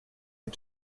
est